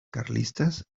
carlistas